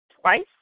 twice